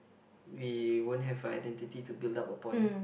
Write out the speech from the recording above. we won't have identity to build up upon